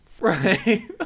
Right